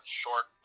short